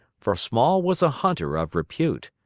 for small was a hunter of repute.